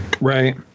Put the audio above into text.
Right